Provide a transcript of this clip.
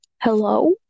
Hello